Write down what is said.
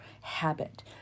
habit